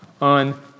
on